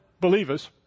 believers